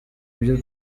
ibyo